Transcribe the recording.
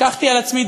לקחתי על עצמי,